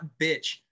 bitch